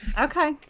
Okay